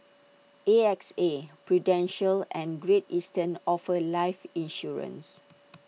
A X A prudential and great eastern offer life insurance